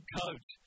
coat